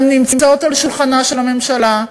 הן נמצאות על שולחנה של הממשלה,